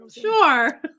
Sure